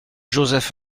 joseph